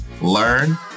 learn